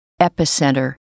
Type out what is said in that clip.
epicenter